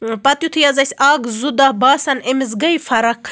پَتہٕ یتھُے حظ أسۍ اکھ زٕ دۄہ باسان أمِس گٔے فَرق